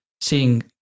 seeing